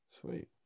Sweet